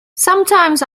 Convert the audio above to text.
sometimes